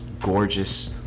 gorgeous